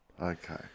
Okay